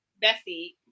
Bessie